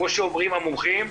כפי שאומרים המומחים,